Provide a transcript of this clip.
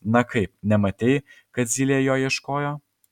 na kaip nematei kad zylė jo ieško